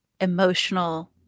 emotional